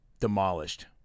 Demolished